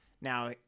now